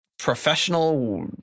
professional